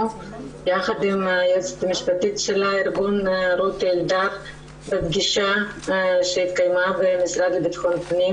יחד עם היועצת המשפטית רות אלדד בפגישה שהתקיימה במשרד לביטחון פנים